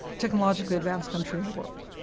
technologically advanced country in the world.